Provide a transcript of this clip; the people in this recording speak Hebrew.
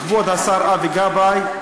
לכבוד השר אבי גבאי,